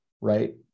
right